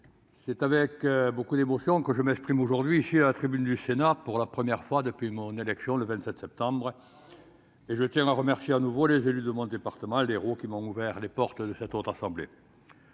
c'est avec beaucoup d'émotion que je m'exprime aujourd'hui à la tribune du Sénat, pour la première fois depuis mon élection, le 27 septembre dernier. Je tiens à remercier de nouveau les élus de mon département, l'Hérault, qui m'ont ouvert les portes de la Haute Assemblée.